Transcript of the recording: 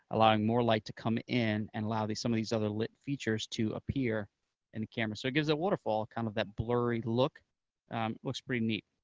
allowing more light to come in, and allowing some of these other lit features to appear in the camera, so it gives the waterfall kind of that blurry look. it looks pretty neat.